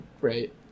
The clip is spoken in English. right